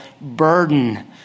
burden